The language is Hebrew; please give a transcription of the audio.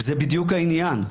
זה בדיוק העניין,